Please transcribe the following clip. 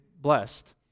blessed